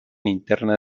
interna